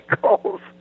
calls